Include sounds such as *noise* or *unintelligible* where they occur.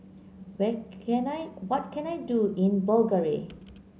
*unintelligible* can I what can I do in Bulgaria